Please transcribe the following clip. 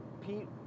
Pete